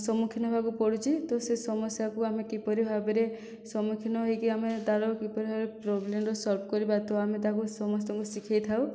ସମ୍ମୁଖୀନ ହେବାକୁ ପଡ଼ୁଛି ତ ସେ ସମସ୍ୟାକୁ ଆମେ କିପରି ଭାବରେ ସମ୍ମୁଖୀନ ହୋଇକି ଆମେ ତାର କିପରି ଭାବେ ପ୍ରବ୍ଲେମର ସଲ୍ଭ କରିବା ତ ଆମେ ତାକୁ ସମସ୍ତଙ୍କୁ ଶିଖାଇ ଥାଉ